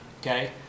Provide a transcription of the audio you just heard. Okay